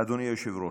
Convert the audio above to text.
אדוני היושב-ראש?